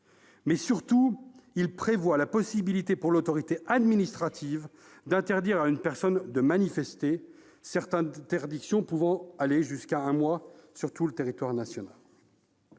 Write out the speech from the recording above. mais, surtout, il prévoit la possibilité pour l'autorité administrative d'interdire à une personne de manifester, cette interdiction pouvant aller jusqu'à un mois sur tout le territoire national.